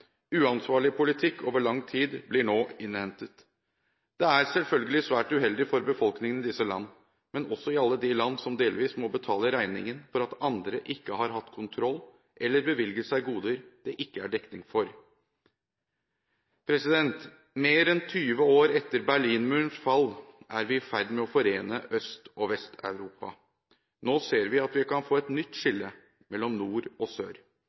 Uansvarlig politikk over lang tid blir nå innhentet. Det er selvfølgelig svært uheldig for befolkningen i disse land, men også i alle de land som delvis må betale regningen for at andre ikke har hatt kontroll eller har bevilget seg goder det ikke er dekning for. Mer enn 20 år etter Berlinmurens fall er vi i ferd med å forene Øst- og Vest-Europa. Nå ser vi at vi kan få et nytt skille, mellom nord og sør.